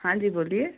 हाँ जी बोलिए